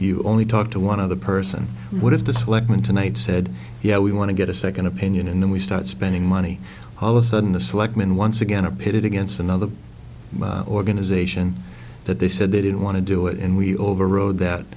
you only talk to one other person what if the selectmen tonight said yeah we want to get a second opinion and then we start spending money all a sudden the selectmen once again are pitted against another organization that they said they didn't want to do it and we overrode that